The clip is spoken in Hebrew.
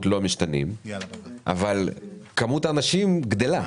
לוודא שהעברנו את הכסף לאן שצריך.